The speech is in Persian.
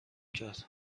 کرد